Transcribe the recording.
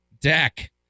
Deck